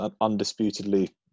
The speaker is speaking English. undisputedly